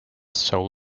soul